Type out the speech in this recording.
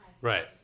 Right